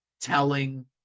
telling